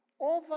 Over